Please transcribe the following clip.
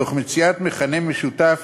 תוך מציאת מכנה משותף